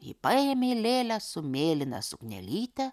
ji paėmė lėlę su mėlyna suknelyte